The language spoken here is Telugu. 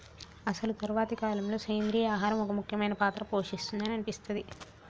అసలు తరువాతి కాలంలో, సెంద్రీయ ఆహారం ఒక ముఖ్యమైన పాత్ర పోషిస్తుంది అని అనిపిస్తది